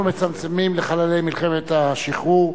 אנחנו מצמצמים לחללי מלחמת השחרור.